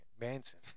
Manson